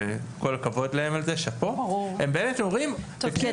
וכל הכבוד להם על זה שאפו --- טוב כי אתם בונקר.